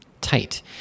Tight